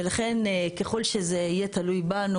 ולכן, ככל שזה יהיה תלוי בנו